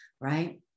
right